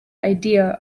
idea